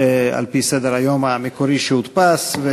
סדר-היום המקורי שהודפס,